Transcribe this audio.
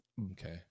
Okay